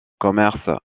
commerce